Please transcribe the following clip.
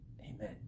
Amen